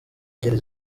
ngeri